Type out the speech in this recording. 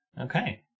Okay